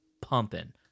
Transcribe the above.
pumping